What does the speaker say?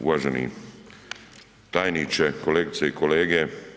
Uvaženi tajniče, kolegice i kolege.